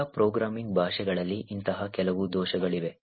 ವಿವಿಧ ಪ್ರೋಗ್ರಾಮಿಂಗ್ ಭಾಷೆಗಳಲ್ಲಿ ಇಂತಹ ಕೆಲವು ದೋಷಗಳಿವೆ